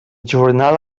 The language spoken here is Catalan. jornal